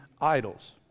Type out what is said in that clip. idols